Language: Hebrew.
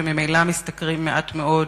שממילא משתכרים מעט מאוד,